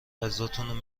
غذاتون